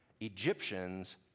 Egyptians